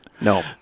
No